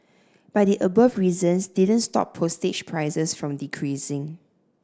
but the above reasons didn't stop postage prices from decreasing